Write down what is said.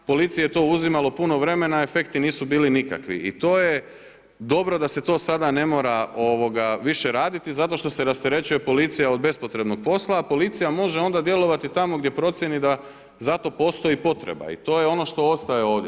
Policiji je to uzimalo puno vremena i efekti nisu bili nikakvi i to je dobro da se to sada ne mora više raditi, zato što se rasterećuje policija od bespotrebnog posla, a policija može onda djelovati tamo gdje procijeni da za to postoji potreba i to je ono što ostaje ovdje.